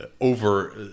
over